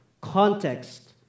context